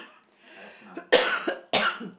I have none